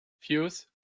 Fuse